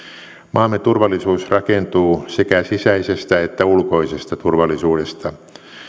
maamme turvallisuus rakentuu sekä sisäisestä että ulkoisesta turvallisuudesta